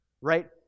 right